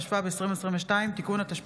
התשפ"ב 2022 (תיקון),